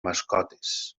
mascotes